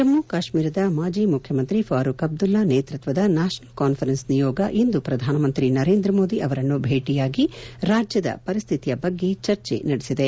ಜಮ್ನು ಕಾಶ್ಮೀರದ ಮಾಜಿ ಮುಖ್ಯಮಂತ್ರಿ ಫಾರೂಕ್ ಅಬ್ದುಲ್ಲಾ ನೇತೃತ್ವದ ನ್ಯಾಪನಲ್ ಕಾಸ್ವರೆನ್ಸ್ ನಿಯೋಗ ಇಂದು ಪ್ರಧಾನಮಂತ್ರಿ ನರೇಂದ್ರ ಮೋದಿ ಅವರನ್ನು ಭೇಟಿಯಾಗಿ ರಾಜ್ಯದ ಪರಿಸ್ಥಿತಿಯ ಬಗ್ಗೆ ಚರ್ಚೆ ನಡೆಸಿದೆ